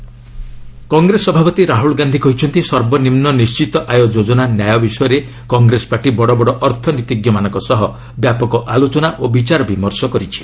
ରାହୁଲ ଗାନ୍ଧି ଆକ୍ମେର ର୍ୟାଲି କଂଗ୍ରେସ ସଭାପତି ରାହୁଲ ଗାନ୍ଧି କହିଛନ୍ତି ସର୍ବନିମୁ ନିିି୍ଣିତ ଆୟ ଯୋଜନା 'ନ୍ୟାୟ' ବିଷୟରେ କଂଗ୍ରେସ ପାର୍ଟି ବଡ଼ବଡ଼ ଅର୍ଥନୀତିଜ୍ଞମାନଙ୍କ ସହ ବ୍ୟାପକ ଆଲୋଚନା ଓ ବିଚାରବିମର୍ଷ କରିଛି